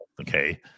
Okay